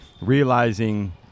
realizing